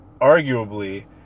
arguably